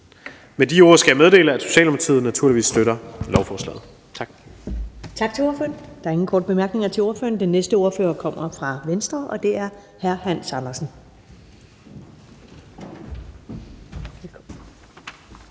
Med de ord skal jeg meddele, at Socialdemokratiet naturligvis støtter lovforslaget. Tak. Kl. 14:01 Første næstformand (Karen Ellemann): Tak til ordføreren. Der er ingen korte bemærkninger til ordføreren. Den næste ordfører kommer fra Venstre, og det er hr. Hans Andersen.